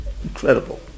Incredible